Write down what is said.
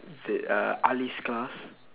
the uh ali's class